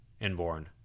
inborn